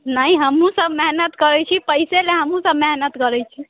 नहि हमहुँ सब मेहनत करैत छी पैसे लऽ हमहुँ सब मेहनत करैत छी